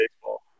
baseball